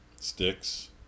sticks